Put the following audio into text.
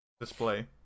display